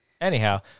Anyhow